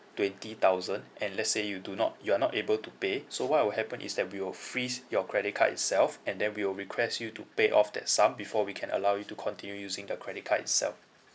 twenty thousand and let's say you do not you are not able to pay so what will happen is that we will freeze your credit card itself and then we will request you to pay off that sum before we can allow you to continue using the credit card itself